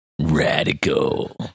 Radical